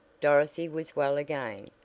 dorothy was well again,